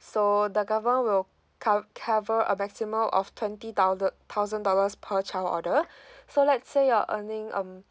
so the government will cov~ cover a maximum of twenty thousand thousand dollars per child order so let's say you're earning um